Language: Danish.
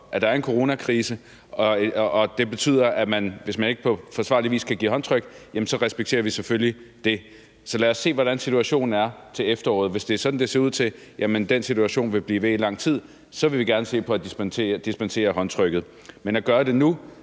at der er en coronakrise, og hvis det betyder, at man ikke på forsvarlig vis kan give håndtryk, så respekterer vi selvfølgelig det. Så lad os se, hvordan situationen er til efteråret. Hvis det der ser ud til, at den situation vil blive ved i lang tid, så vil vi gerne se på at dispensere fra håndtrykket. Men at gøre det nu